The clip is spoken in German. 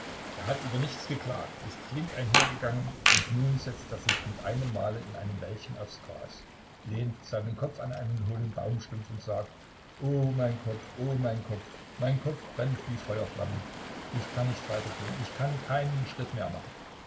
er hat über nichts geklagt ist flink einhergegangen und nun setzt er sich mit einem male in einem wäldchen aufs gras lehnt seinen kopf an einen hohlen baumstumpf und sagt oh mein kopf oh mein kopf mein kopf brennt wie feuerflammen ich kann nicht weiter gehen ich kann keinen schritt mehr machen